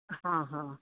ਹਾਂ ਹਾਂ